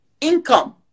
income